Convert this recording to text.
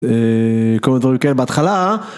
כמובן כן בהתחלה.